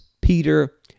Peter